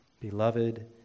Beloved